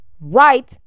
right